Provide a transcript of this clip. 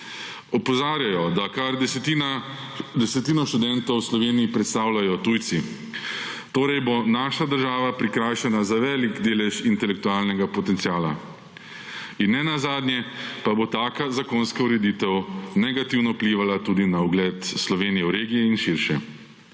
Opozarjajo, da kar desetino študentov v Sloveniji predstavljajo tujci. Torej bo naša država prikrajšana za velik delež intelektualnega potenciala. In nenazadnje, pa bo taka zakonska ureditev negativno vplivala tudi na ugled Sloveniji v regiji in širše.